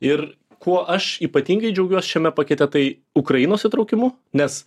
ir kuo aš ypatingai džiaugiuosi šiame pakete tai ukrainos įtraukimu nes